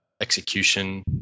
execution